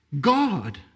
God